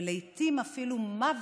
ולעיתים אפילו מוות,